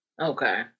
Okay